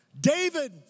David